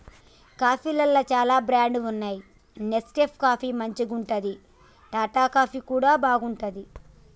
కాఫీలల్ల చాల బ్రాండ్స్ వున్నాయి నెస్కేఫ్ కాఫీ మంచిగుంటది, టాటా కాఫీ కూడా బాగుంటది